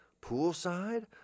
Poolside